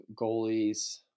goalies